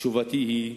תשובתי היא,